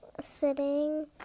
sitting